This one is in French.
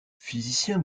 physicien